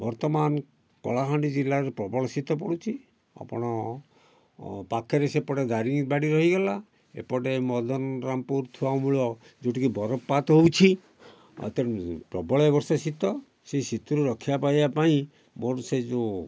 ବର୍ତ୍ତମାନ କଳାହାଣ୍ଡି ଜିଲ୍ଲାରେ ପ୍ରବଳ ଶୀତ ପଡ଼ୁଛି ଆପଣ ପାଖରେ ସେପଟେ ଦାରିଙ୍ଗବାଡ଼ି ରହିଗଲା ଏପଟେ ମଦନ ରାମପୁର ଥୁଆମୂଳ ଯେଉଁଠି କି ବରଫ ପାତ ହେଉଛି ତେଣୁ ପ୍ରବଳ ଏବର୍ଷ ଶୀତ ସେ ଶୀତରୁ ରକ୍ଷା ପାଇବା ପାଇଁ ମୋର ସେ ଯେଉଁ